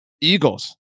Eagles